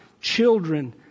children